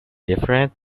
different